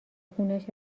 خونش